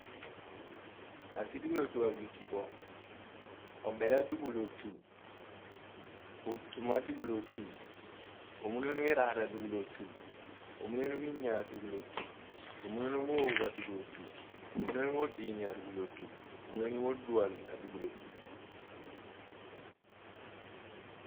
asidu ghul otu a weeki pho obeel adughul otu otum ma dughul otu omuneniom iraar adughul oto omunenu inyaa adughul otu, omunenum oogh adughul otu omunenum odiiny adughul otu omunenum odual adughul otu